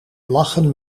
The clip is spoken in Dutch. lachen